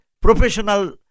professional